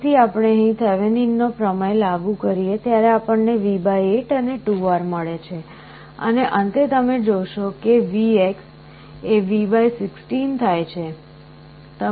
ફરીથી આપણે અહીં થિવેનિનનો પ્રમેય લાગુ કરીએ ત્યારે આપણને V8 અને 2R મળે છે અને અંતે તમે જોશો કે VX એ V16 થાય છે